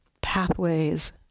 pathways